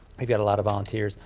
we've got a lot of volunteers.